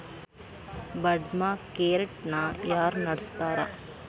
Bond market ನ ಯಾರ್ನಡ್ಸ್ತಾರ?